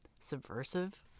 subversive